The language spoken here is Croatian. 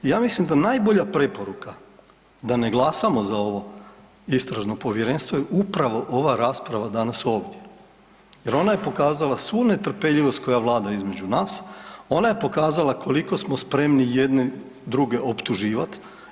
I ja mislim da najbolja preporuka da ne glasamo za ovo istražno povjerenstvo je upravo ova rasprava danas ovdje jer ona je pokazala svu netrpeljivost koja vlada između nas, ona je pokazala koliko smo spremni jedni druge optuživat.